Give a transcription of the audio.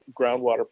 groundwater